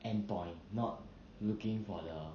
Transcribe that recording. end point not looking for the